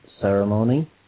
ceremony